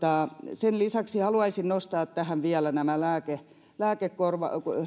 sen lisäksi haluaisin nostaa tähän vielä nämä lääkekulut